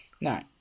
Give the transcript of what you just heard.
No